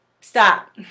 stop